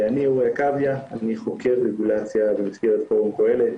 אני חוקר רגולציה במסגרת פורום קהלת.